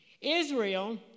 Israel